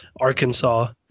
Arkansas